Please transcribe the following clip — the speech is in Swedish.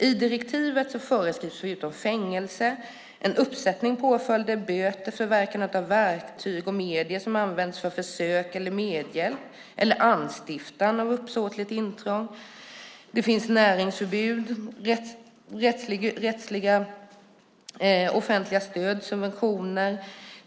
I direktivet föreskrivs förutom fängelse en uppsättning påföljder som böter, förverkande av verktyg och medel som används för försök till medhjälp eller anstiftan av uppsåtligt intrång. Det finns näringsförbud, rättsliga offentliga stöd och subventioner.